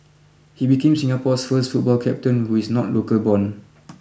he became Singapore's first football captain who is not local born